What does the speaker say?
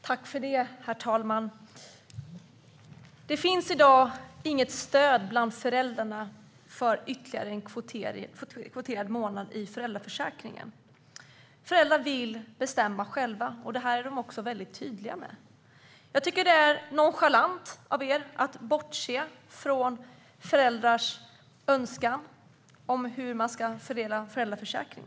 Herr talman! Det finns i dag inget stöd bland föräldrar för ytterligare en kvoterad månad i föräldraförsäkringen. Föräldrar vill bestämma själva - det är de väldigt tydliga med. Jag tycker att det är nonchalant av er att bortse från föräldrars önskemål om hur föräldraförsäkringen ska fördelas.